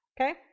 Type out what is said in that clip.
Okay